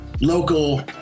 local